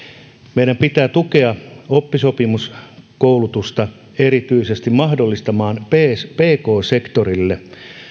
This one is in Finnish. meidän pitää tukea oppisopimuskoulutusta erityisesti mahdollistaa pk sektorilla